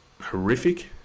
horrific